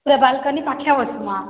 ପୂରା ବାଲ୍କୋନୀ ପାଖିଆ ବସିବା